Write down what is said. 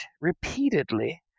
repeatedly